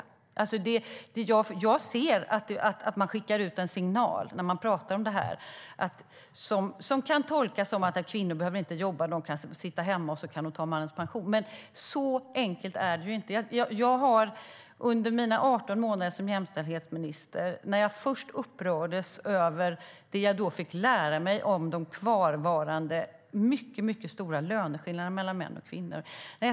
Jag ser att man skickar ut en signal när man pratar om det här som kan tolkas som att kvinnor inte behöver jobba - de kan sitta hemma och ta mannens pension. Men så enkelt är det ju inte. Under mina 18 månader som jämställdhetsminister upprördes jag först över det jag fick lära mig om de kvarvarande mycket stora löneskillnaderna mellan män och kvinnor.